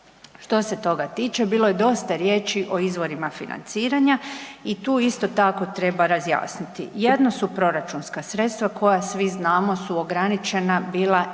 Što se toga tiče bilo je dosta riječi o izvorima financiranja i tu isto tako treba razjasniti, jedno su proračunska sredstva koja svi znamo su ograničena bila i do